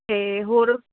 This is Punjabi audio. ਅਤੇ ਹੋਰ